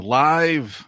live